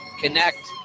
Connect